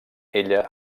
ella